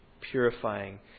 purifying